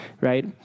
right